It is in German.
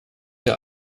der